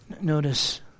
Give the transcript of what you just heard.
Notice